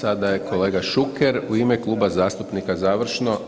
Sada je kolega Šuker u ime kluba zastupnika završno.